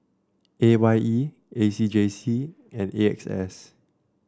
A Y E A C J C and A X S